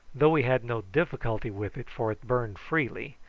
though we had no difficulty with it, for it burned freely,